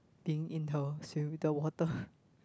being indoor swimming with the water